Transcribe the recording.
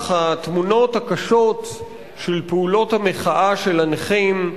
התמונות הקשות של פעולות המחאה של הנכים,